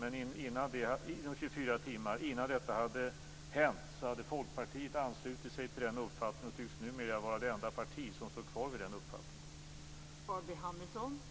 Men innan det hände hade Folkpartiet anslutit sig till den uppfattningen och tycks numera vara det enda partiet som står kvar vid den uppfattningen.